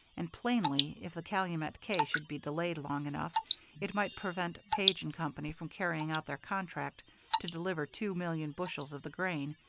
and plainly, if the calumet k should be delayed long enough it might prevent page and company from carrying out their contract to deliver two million bushels of the grain,